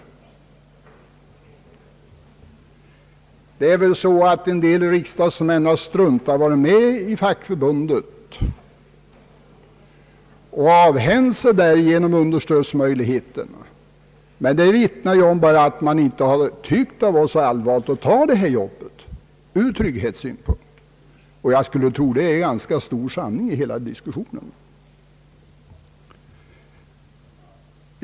Det förhåller sig väl på det sättet att en del riksdagsmän har struntat i att vara med i fackförbundet och därigenom avhänt sig möjligheten till understöd. Men det vittnar bara om att man inte tagit sitt arbete på fullt allvar ur trygghetssynpunkt, och jag skulle tro att det är hela sanningen i diskussionen.